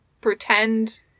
pretend